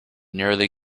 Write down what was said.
nearly